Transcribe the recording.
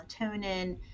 melatonin